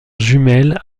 jumelle